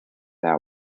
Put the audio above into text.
that